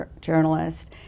journalist